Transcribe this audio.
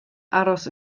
aros